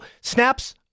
snaps